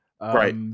Right